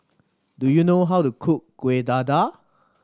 do you know how to cook Kueh Dadar